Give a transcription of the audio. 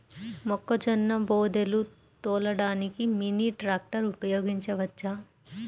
మొక్కజొన్న బోదెలు తోలడానికి మినీ ట్రాక్టర్ ఉపయోగించవచ్చా?